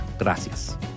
Gracias